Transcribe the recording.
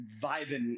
vibing